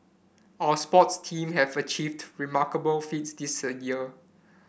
our sports team have achieved remarkable feats this a year